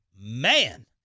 man